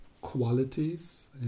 qualities